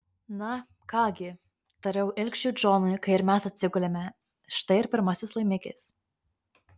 na ką gi tariau ilgšiui džonui kai ir mes atsigulėme štai ir pirmasis laimikis